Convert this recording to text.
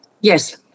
Yes